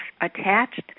attached